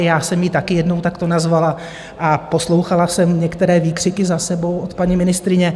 Já jsem ji taky jednou takto nazvala a poslouchala jsem některé výkřiky za sebou od paní ministryně.